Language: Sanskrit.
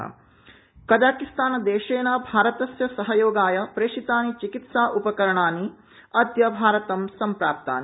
कजाकिस्तान कजाकिस्तानदेशेन भारतस्य सहयोगाय प्रेषितानि चिकित्सा उपकरणानि अदय भारतं सम्प्राप्तानि